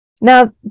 Now